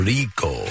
Rico